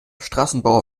straßenbauer